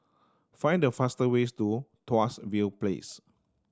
find the fastest way to Tuas View Place